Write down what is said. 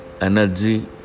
energy